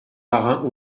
marins